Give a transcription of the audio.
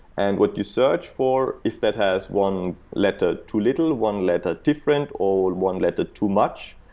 and what you search for if that has one letter to little, one letter different, or one letter too much,